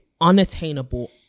unattainable